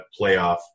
playoff